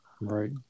Right